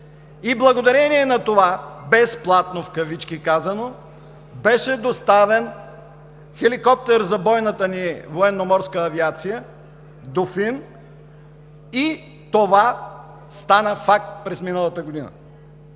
и благодарение на това безплатно, казано в кавички, беше доставен хеликоптер „Дофин“ за бойната ни военноморска авиация и това стана факт през миналата година.